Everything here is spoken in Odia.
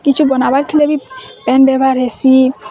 କିଛୁ ବନାବାର୍ ଥିଲେ ବି ପାଏନ୍ ବ୍ୟବହାର୍ ହେସି